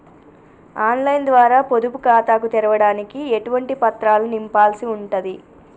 On line ద్వారా పొదుపు ఖాతాను తెరవడానికి ఎటువంటి పత్రాలను నింపాల్సి ఉంటది?